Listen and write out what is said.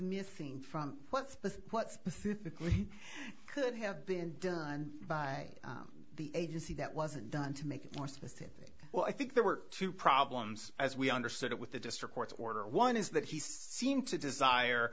thinking from what the what could have been done by the agency that wasn't done to make it more specific well i think there were two problems as we understood it with the district court's order one is that he's seem to desire